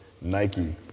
Nike